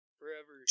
forever